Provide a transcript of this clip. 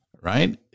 right